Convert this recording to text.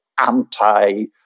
anti